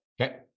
okay